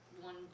one